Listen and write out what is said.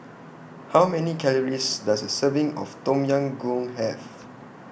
How Many Calories Does A Serving of Tom Yam Goong Have